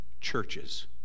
churches